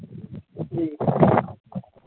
जी